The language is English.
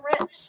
rich